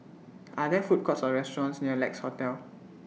Are There Food Courts Or restaurants near Lex Hotel